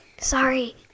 Sorry